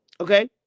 okay